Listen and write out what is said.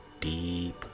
deep